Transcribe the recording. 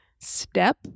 Step